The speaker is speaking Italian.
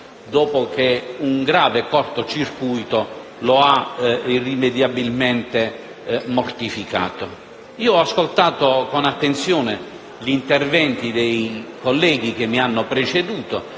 dopo che un grave cortocircuito lo ha irrimediabilmente mortificato. Ho ascoltato con attenzione gli interventi dei colleghi che mi hanno preceduto